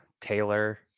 Taylor